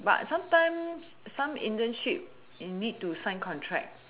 but sometimes some internship you need to sign contract